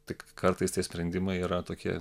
tik kartais tie sprendimai yra tokie